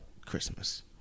Christmas